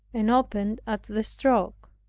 and opened at the stroke.